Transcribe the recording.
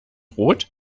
rot